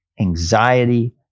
anxiety